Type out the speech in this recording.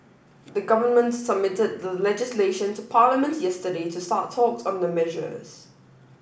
the government submitted the legislation to Parliament yesterday to start talks on the measures